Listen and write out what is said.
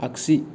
आखि